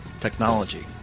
technology